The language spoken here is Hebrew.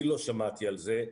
אני לא שמעתי על זה.